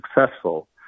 successful